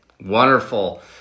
Wonderful